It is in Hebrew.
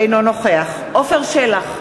אינו נוכח עפר שלח,